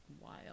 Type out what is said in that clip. wild